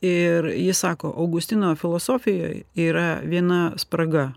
ir jis sako augustino filosofijoj yra viena spraga